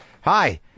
hi